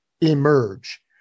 emerge